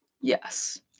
Yes